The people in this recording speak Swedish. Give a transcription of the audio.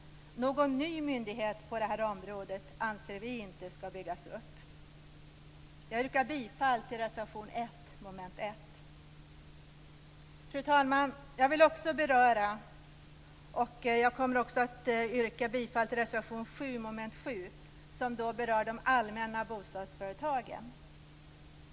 Någon ny myndighet på detta område anser vi inte skall byggas upp. Jag yrkar bifall till reservation 1 mom. 1. Fru talman! Jag kommer också att yrka bifall till reservation 7 mom. 7 som berör de allmänna bostadsföretagen.